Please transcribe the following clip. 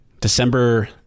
December